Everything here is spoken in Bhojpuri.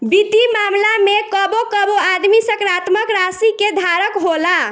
वित्तीय मामला में कबो कबो आदमी सकारात्मक राशि के धारक होला